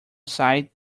sight